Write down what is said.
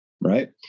right